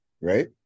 Right